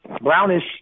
brownish